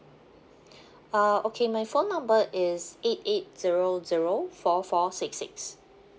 uh okay my phone number is eight eight zero zero four four six six